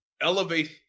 elevate